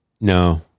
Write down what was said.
No